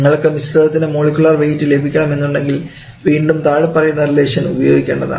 നിങ്ങൾക്ക് മിശ്രിതത്തിൻറെ molecular weight ലഭിക്കണം എന്നുണ്ടെങ്കിൽ വീണ്ടും താഴെപ്പറയുന്ന റിലേഷൻ ഉപയോഗിക്കേണ്ടതാണ്